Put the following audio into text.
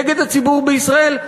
נגד הציבור בישראל.